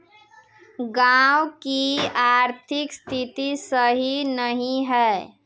गाँव की आर्थिक स्थिति सही नहीं है?